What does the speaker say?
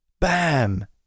bam